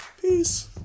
Peace